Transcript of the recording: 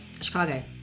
Chicago